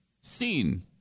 seen